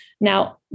Now